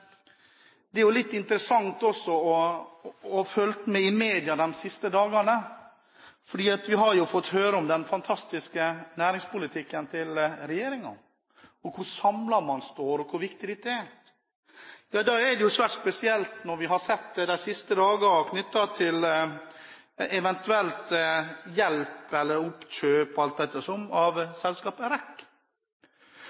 vi har jo fått høre om den fantastiske næringspolitikken til regjeringen, og hvor samlet man står, og hvor viktig dette er. Ja, da er det jo svært spesielt, det vi har sett de siste dager knyttet til eventuell hjelp eller oppkjøp, alt ettersom, av selskapet REC. Vi har altså den ene representanten fra Sosialistisk Venstreparti som går ut i media og sier at her må staten kjøpe, vi har en leder av